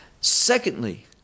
Secondly